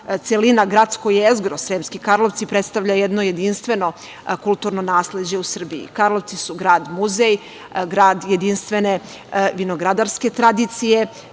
celina, gradsko jezgro Sremski Karlovci predstavlja jedno jedinstveno kulturno nasleđe u Srbiji. Karlovci su grad – muzej, grad jedinstvene vinogradarske tradicije.